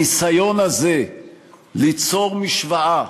הניסיון הזה ליצור משוואה